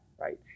right